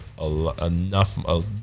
enough